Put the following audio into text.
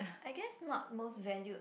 I guess not most valued